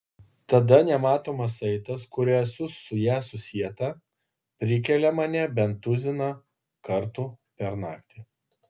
tada nematomas saitas kuriuo esu su ja susieta prikelia mane bent tuziną kartų per naktį